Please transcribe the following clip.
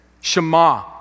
Shema